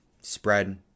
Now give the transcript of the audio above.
Spread